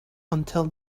until